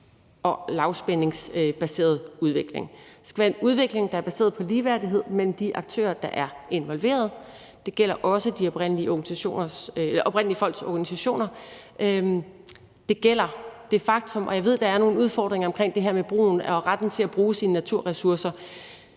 og lavspændingsbaseret udvikling. Det skal være en udvikling, der er baseret på ligeværdighed mellem de aktører, der er involveret; det gælder også de oprindelige folks organisationer. Jeg ved, at der er nogle udfordringer omkring det her med retten til at bruge sine naturressourcer,